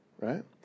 Right